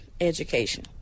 education